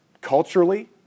culturally